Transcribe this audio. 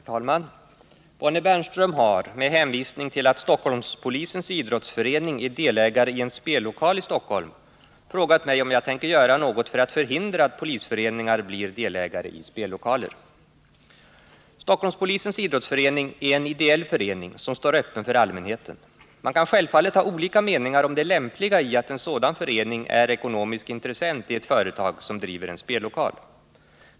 Herr talman! Bonnie Bernström har — med hänvisning till att Stockholmspolisens idrottsförening är delägare i en spellokal i Stockholm — frågat mig om jag tänker göra något för att förhindra att polisföreningar blir delägare i spellokaler. Stockholmspolisens idrottsförening är en ideell förening som står öppen för allmänheten. Man kan självfallet ha olika meningar om det lämpliga i att en sådan förening är ekonomisk intressent i ett företag som driver en spellokal.